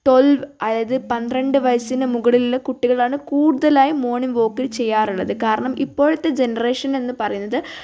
twelve അതായത് പന്ത്രണ്ട് വയസിന് മുകളിലുള്ള കുട്ടികളാണ് കൂടുതലായി മോർണിംഗ് വാക്ക് ചെയ്യാറുള്ളത് കാരണം ഇപ്പോഴത്തെ ജനറേഷൻ എന്ന് പറയുന്നത്